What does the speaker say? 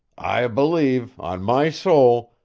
i believe, on my soul,